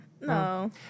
no